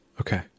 Okay